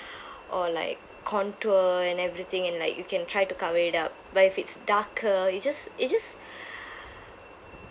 or like contour and everything and like you can try to cover it up but if it's darker you just it just